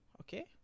okay